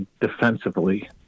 defensively